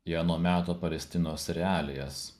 į ano meto palestinos realijas